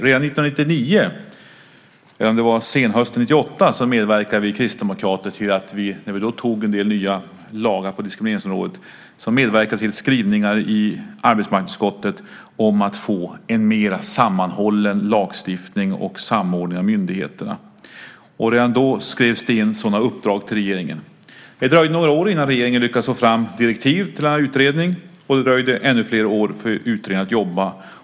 Redan 1999, eller om det var på senhösten 1998, när vi antog en del nya lagar på diskrimineringsområdet medverkade vi kristdemokrater till skrivningar i arbetsmarknadsutskottet om att få en mer sammanhållen lagstiftning och samordning av myndigheterna. Redan då skrevs det in sådana uppdrag till regeringen. Det dröjde några år innan regeringen lyckades få fram direktiv till denna utredning. Det dröjde ännu fler år för utredningen att jobba.